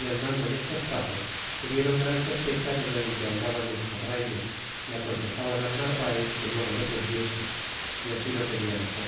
y andando en estos pasos tuvieron gran sospecha de lo en que andaba nuestro frayle é aconsejaban al narvaez que luego le prendiese é así lo querian hacer